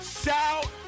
shout